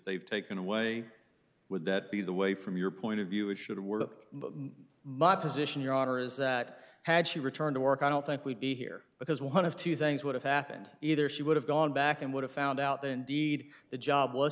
they've taken away would that be the way from your point of view it should work but my position your daughter is that had she returned to work i don't think we'd be here because one of two things would have happened either she would have gone back and would have found out that indeed the job was